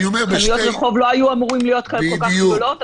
חנויות רחוב לא היו אמורות להיות כל כך גדולות,